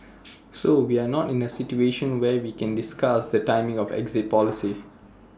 so we are not in A situation where we can discuss the timing of exit policy